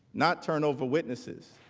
not turnover witnesses.